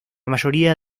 mayoría